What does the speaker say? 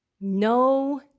No